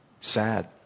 sad